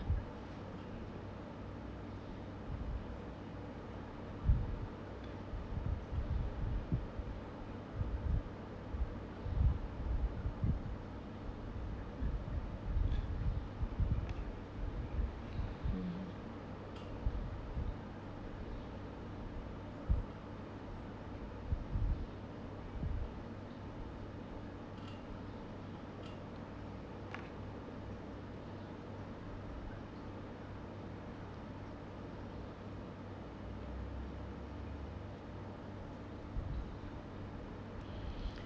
mmhmm